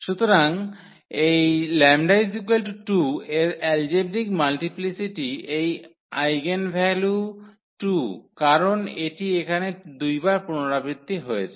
সুতরাং এই 𝜆 2 এর এলজেব্রিক মাল্টিপ্লিসিটি এই আইগেনভ্যালু 2 কারন এটি এখানে 2 বার পুনরাবৃত্তি হয়